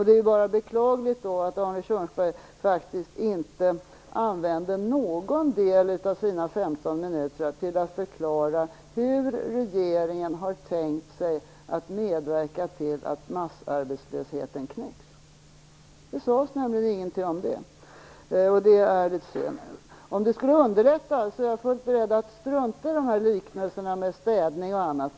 Det är då bara beklagligt att Arne Kjörnsberg faktiskt inte använde någon del av sina 15 minuter till att förklara hur regeringen har tänkt sig att medverka till att massarbetslösheten knäcks. Det sades nämligen inte någonting om det, och det är synd. Om det skulle underlätta är jag fullt beredd att strunta i liknelserna med städning och annat.